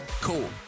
Cool